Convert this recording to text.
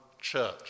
church